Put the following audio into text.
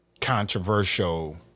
controversial